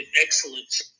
excellence